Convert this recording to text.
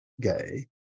gay